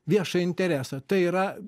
viešą interesą tai yra